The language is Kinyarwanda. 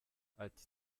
ati